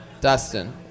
Dustin